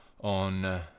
on